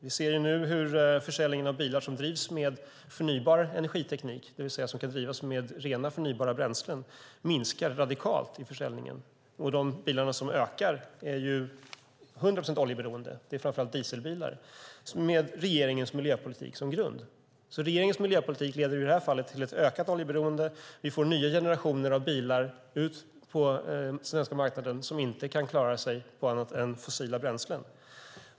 Vi ser nu hur försäljningen av bilar som drivs med förnybar energiteknik, som kan drivas med rena förnybara bränslen, minskar radikalt i försäljningen. De bilar som ökar i antal är till hundra procent oljeberoende, framför allt dieselbilar - med regeringens miljöpolitik som grund. Regeringens miljöpolitik leder i det här fallet till ett ökat oljeberoende. Vi får nya generationer av bilar ut på svenska marknaden som inte kan klara sig på annat än fossila bränslen.